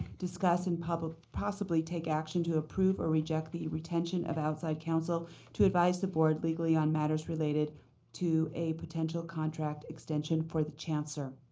discussion, and possibly take action to approve or reject the retention of outside counsel to advise the board legally on matters related to a potential contract extension for the chancellor.